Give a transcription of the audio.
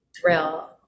thrill